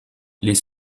les